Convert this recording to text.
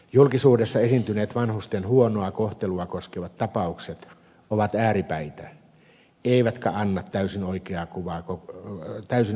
julkisuudessa esiintyneet vanhusten huonoa kohtelua koskevat tapaukset ovat ääripäitä eivätkä anna täysin oikeaa kokonaiskuvaa